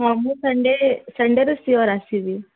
ହଁ ମୁଁ ସନ୍ଡ଼େ ସନ୍ଡ଼େରେ ସିଓର୍ ଆସିବି